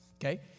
okay